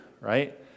right